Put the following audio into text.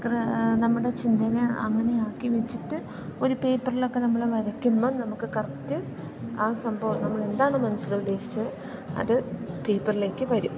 നമ്മുടെ ചിന്തനെ അങ്ങനെ ആക്കി വെച്ചിട്ട് ഒരു പേപ്പറിലൊക്ക നമ്മൾ വരയ്ക്കുമ്പം നമുക്ക് കറക്റ്റ് ആ സംഭവം നമ്മളെന്താണ് മനസ്സിലുദ്ദേശിച്ചത് അത് പേപ്പറിലേക്ക് വരും